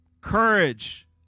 Courage